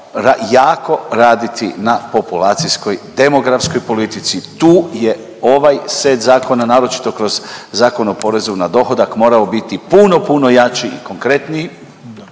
jako raditi na populacijskoj demografskoj politici. Tu je ovaj set zakona naročito kroz Zakon o porezu na dohodak morao biti puno, puno jači i konkretniji.